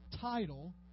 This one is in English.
title